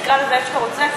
תקרא לזה איך שאתה רוצה.